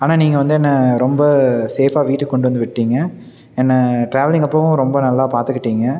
ஆனால் நீங்கள் வந்து என்னை ரொம்ப சேஃபாக வீட்டுக்கு கொண்டு வந்து விட்டீங்க என்னை ட்ராவலிங் அப்போதும் ரொம்ப நல்லா பார்த்துக்கிட்டீங்க